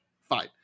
fine